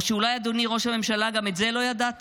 או שאולי, אדוני ראש הממשלה, גם את זה לא ידעת?